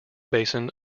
basin